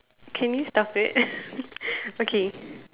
can you stop it okay